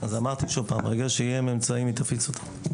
אז אמרתי, ברגע שיהיו ממצאים, היא תפיץ אותם.